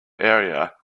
area